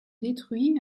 détruit